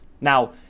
Now